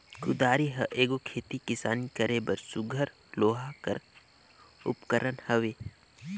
कुदारी हर एगोट खेती किसानी करे बर सुग्घर लोहा कर उपकरन हवे